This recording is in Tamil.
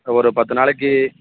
ஒரு பத்து நாளைக்கு